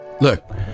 Look